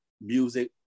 music